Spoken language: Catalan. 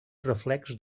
reflex